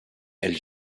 elle